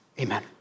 Amen